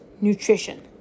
Nutrition